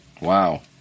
Wow